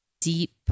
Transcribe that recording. deep